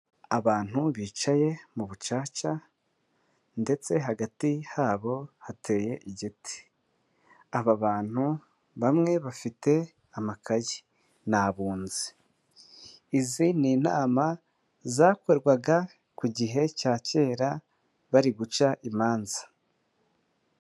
Abantu bicaye mu bucaca ndetse hagati habo hateye igiti aba bantu bamwe bafite amakayi ni abunzi, izi n'inama zakorwaga ku gihe cya kera bari guca imanza.